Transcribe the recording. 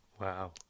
Wow